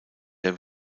der